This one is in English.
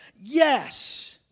Yes